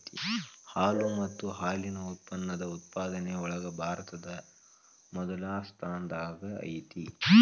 ಹಾಲು ಮತ್ತ ಹಾಲಿನ ಉತ್ಪನ್ನದ ಉತ್ಪಾದನೆ ಒಳಗ ಭಾರತಾ ಮೊದಲ ಸ್ಥಾನದಾಗ ಐತಿ